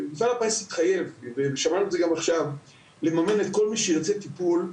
מפעל הפיס התחייב לממן את כל מי שירצה טיפול,